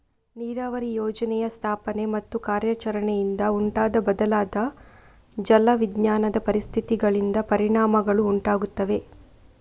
ನೀರಾವರಿ ಯೋಜನೆಯ ಸ್ಥಾಪನೆ ಮತ್ತು ಕಾರ್ಯಾಚರಣೆಯಿಂದ ಉಂಟಾದ ಬದಲಾದ ಜಲ ವಿಜ್ಞಾನದ ಪರಿಸ್ಥಿತಿಗಳಿಂದ ಪರಿಣಾಮಗಳು ಉಂಟಾಗುತ್ತವೆ